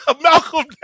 Malcolm